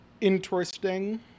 interesting